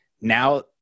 now